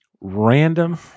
random